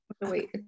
wait